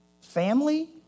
family